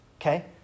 Okay